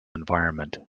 environment